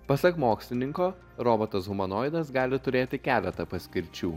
pasak mokslininko robotas humanoidas gali turėti keletą paskirčių